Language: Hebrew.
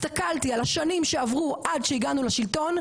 הסתכלתי על השנים שעברו עד שהגענו לשלטון,